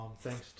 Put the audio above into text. thanks